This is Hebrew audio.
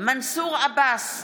מנסור עבאס,